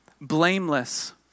blameless